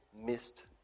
missed